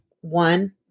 one